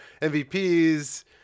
MVPs